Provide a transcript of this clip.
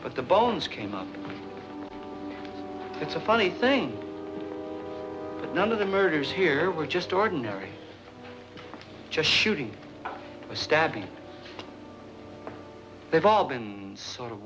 but the bones came up it's a funny thing that none of the murders here were just ordinary just shooting a stabbing they've all been sort of